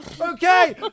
Okay